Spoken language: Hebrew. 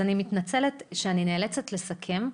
אני מתנצלת שאני נאלצת לסכם,